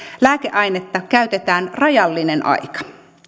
lääkeainetta käytetään rajallinen aika